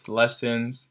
lessons